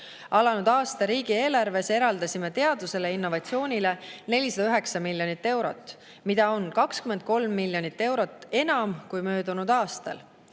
Alanud aasta riigieelarves eraldasime teadusele ja innovatsioonile 409 miljonit eurot, mida on 23 miljonit eurot enam kui möödunud aastal.